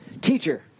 Teacher